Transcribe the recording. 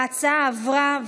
ההצעה עברה,